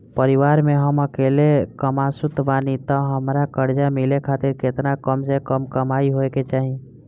परिवार में हम अकेले कमासुत बानी त हमरा कर्जा मिले खातिर केतना कम से कम कमाई होए के चाही?